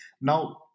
Now